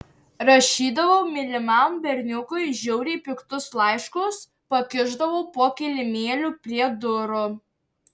rašydavau mylimam berniukui žiauriai piktus laiškus pakišdavau po kilimėliu prie durų